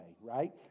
right